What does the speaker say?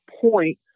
point